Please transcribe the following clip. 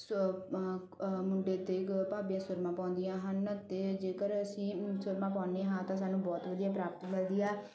ਮੁੰਡੇ 'ਤੇ ਭਾਬੀਆਂ ਸੁਰਮਾ ਪਾਉਂਦੀਆਂ ਹਨ ਅਤੇ ਜੇਕਰ ਅਸੀਂ ਸੁਰਮਾ ਪਾਉਂਦੇ ਹਾਂ ਤਾਂ ਸਾਨੂੰ ਬਹੁਤ ਵਧੀਆ ਪ੍ਰਾਪਤੀ ਮਿਲਦੀ ਹੈ